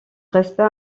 resta